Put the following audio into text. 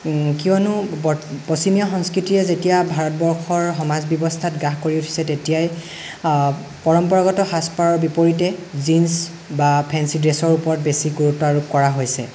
কিয়নো বৰ্ত পশ্চিমীয়া সংস্কৃতিয়ে যেতিয়া ভাৰতবৰ্ষৰ সমাজ ব্যৱস্থাত গ্ৰাস কৰি উঠিছে তেতিয়াই পৰম্পৰাগত সাজপাৰৰ বিপৰীতে জিনচ্ বা ফেন্সি ড্ৰেছৰ ওপৰত বেছি গুৰুত্ব আৰোপ কৰা হৈছে